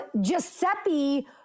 giuseppe